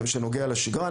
שנוגע בשגרה,